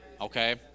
Okay